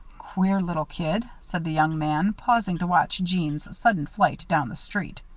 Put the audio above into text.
queer little kid! said the young man, pausing to watch jeanne's sudden flight down the street.